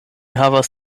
havas